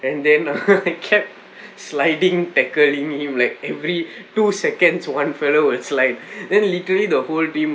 and then I kept sliding tackling him like every two seconds one fellow was like then literally the whole team